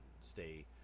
stay